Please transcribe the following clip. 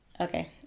Okay